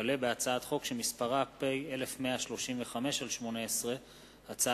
הצעת חוק לתיקון פקודת מס הכנסה (זיכוי